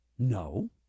No